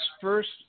first